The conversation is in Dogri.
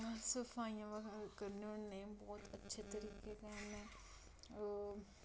सफाइयां बगैरा करने होन्ने बहुत अच्छे तरीके कन्नै